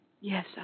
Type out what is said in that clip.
Yes